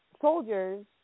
soldiers